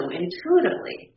intuitively